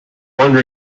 wonder